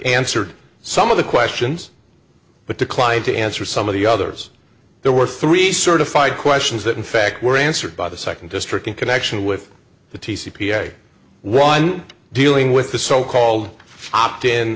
answered some of the questions but declined to answer some of the others there were three certified questions that in fact were answered by the second district in connection with the t c p s a one dealing with the so called op